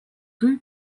rue